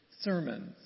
sermons